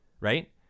right